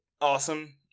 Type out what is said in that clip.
awesome